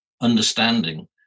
understanding